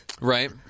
Right